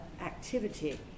activity